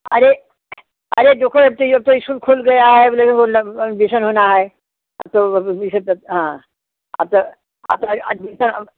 अरे अरे जो कोई चाहिए अब तो स्कूल खुल गया है एडमिसन होना है तो अब इ सब तो हाँ अब तो अब तो जैसे